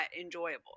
enjoyable